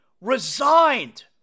resigned